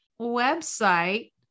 website